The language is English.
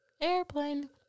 Airplane